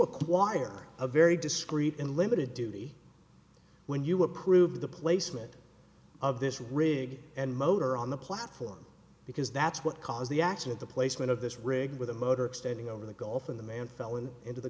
acquire a very discreet and limited duty when you approved the placement of this rig and motor on the platform because that's what caused the accident the placement of this rig with a motor extending over the gulf and the man fell in into the